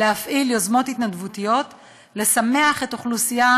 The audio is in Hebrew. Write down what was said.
להפעיל יוזמות התנדבותיות לשמח את האוכלוסייה